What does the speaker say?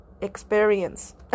experience